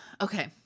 okay